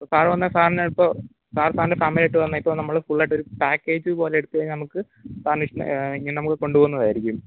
ഇപ്പം സാറു വന്നാൽ സാറിനെ ഇപ്പോൾ സാറ് സാറിൻ്റെ ഫാമിലിയായിട്ട് വന്നാൽ ഇപ്പോൾ നമ്മള് ഫുള്ളായിട്ടൊര് പാക്കേജ് പോലെ എടുത്ത് കഴിഞ്ഞാൽ നമുക്ക് സാറിന് ഇഷ്ട്ട ഇങ്ങനെ നമുക്ക് കൊണ്ട് പോകുന്നതായിരിക്കും